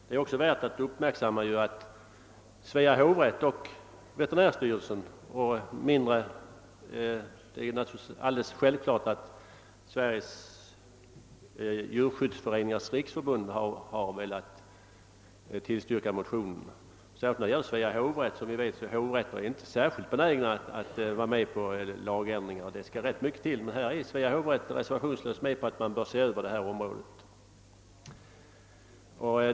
Det är också värt att uppmärksamma att Svea hovrätt och veterinärstyrelsen — och alldeles självfallet Sveriges Djurskyddsföreningars riksförbund — har tillstyrkt motionen. Särskilt märkligt är det när det gäller Svea hovrätt eftersom hovrätter ju vanligtvis inte är så benägna att vara med om lagändringar; det skall rätt mycket till för den saken. Här tillstyrker emellertid Svea hovrätt reservationslöst att lagen bör ses över på detta område.